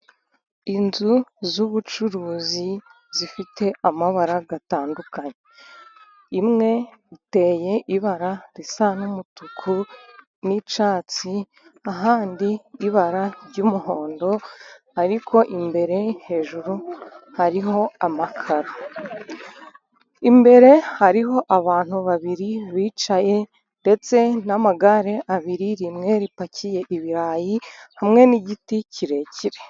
Inzu z'ubucuruzi zifite amabara atandukanye, imwe iteye ibara risa n'umutuku n'icyatsi, ahandi ibara ry'umuhondo ariko imbere hejuru hariho amakaro, imbere hariho abantu babiri bicaye detse n'amagare abiri rimwe ripakiye ibirayi, hamwe n'igiti kirekire.